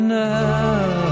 now